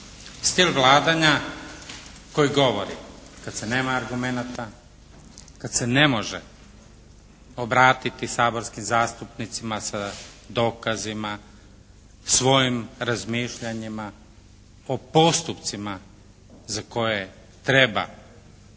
Stil vladanja koji govori kad se nema argumenata, kad se ne može obratiti saborskim zastupnicima sa dokazima, svojim razmišljanjima o postupcima za koje treba